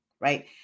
right